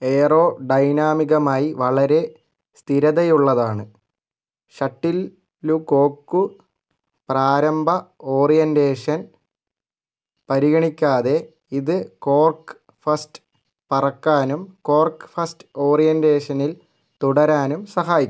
aero ഡൈനാമികമായി വളരെ സ്ഥിരതയുള്ളതാണ് ഷട്ടിലുകോക്ക് പ്രാരംഭ ഓറിയൻറ്റേഷൻ പരിഗണിക്കാതെ ഇത് കോർക്ക് ഫസ്റ്റ് പറക്കാനും കോർക്ക് ഫസ്റ്റ് ഓറിയൻറ്റേഷനിൽ തുടരാനും സഹായിക്കും